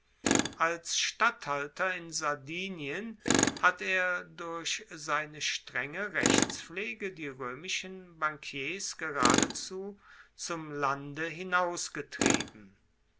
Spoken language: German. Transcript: als statthalter in sardinien hat er durch seine strenge rechtspflege die roemischen bankiers geradezu zum lande